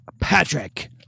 Patrick